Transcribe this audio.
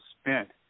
spent